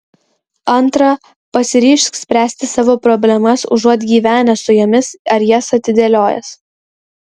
antra pasiryžk spręsti savo problemas užuot gyvenęs su jomis ar jas atidėliojęs